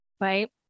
Right